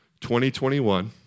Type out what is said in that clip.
2021